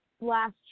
last